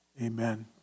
Amen